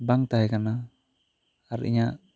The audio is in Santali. ᱵᱟᱝ ᱛᱟᱦᱮᱸ ᱠᱟᱱᱟ ᱟᱨ ᱤᱧᱟ ᱜ